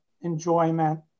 enjoyment